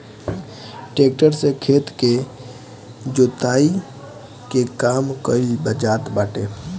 tractor से खेत के जोताई के काम कइल जात बाटे